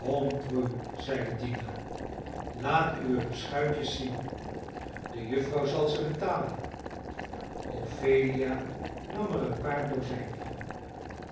dina laat uwe beschuitjes zien de juffrouw zal ze betalen ophelia nam er een paar dozijn van